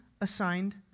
assigned